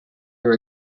your